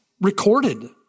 recorded